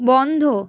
বন্ধ